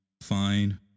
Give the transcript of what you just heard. Fine